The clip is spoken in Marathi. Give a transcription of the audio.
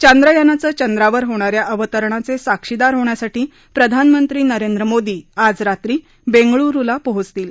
चांद्रयानाचं चंद्रावर होणाऱ्या अवतरणाचे साक्षीदार होण्यासाठी प्रधानमंत्री नरेंद्र मोदी आज रात्री बेंगळुरू ला पोचतील